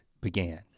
began